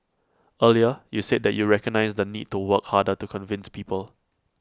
earlier you said that you recognise the need to work harder to convince people